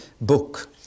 book